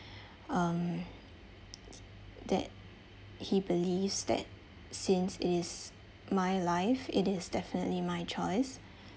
um that he believes that since it is my life it is definitely my choice